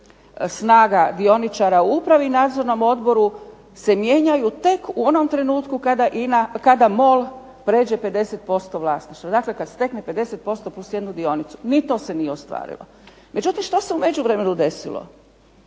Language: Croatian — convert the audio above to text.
snaga dioničara u upravi i nadzornom odboru se mijenjaju tek u onom trenutku kada MOL pređe 50% vlasništva. Dakle, kada stekne 50% + jednu dionicu. Ni to se nije ostvarilo. Međutim što se u međuvremenu desilo.